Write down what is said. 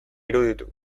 iruditu